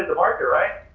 the market, right?